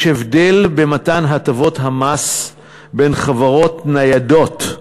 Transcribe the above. הבדל במתן הטבות המס בין חברות ניידות,